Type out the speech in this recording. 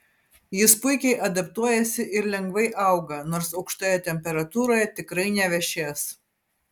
jis puikiai adaptuojasi ir lengvai auga nors aukštoje temperatūroje tikrai nevešės